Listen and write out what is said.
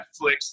Netflix